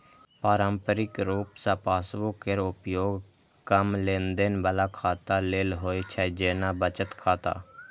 पारंपरिक रूप सं पासबुक केर उपयोग कम लेनदेन बला खाता लेल होइ छै, जेना बचत खाता